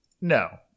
No